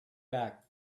back